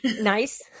Nice